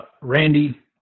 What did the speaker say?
Randy